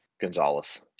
Gonzalez